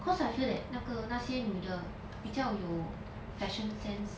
cause I feel that 那个那些女的比较有 fashion sense